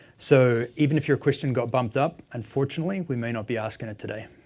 so, even if your question got bumped up, unfortunately, we may not be asking it today.